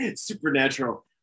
Supernatural